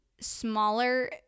smaller